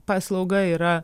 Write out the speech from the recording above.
paslauga yra